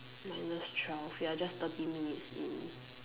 minus twelve ya just thirty minute in